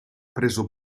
preso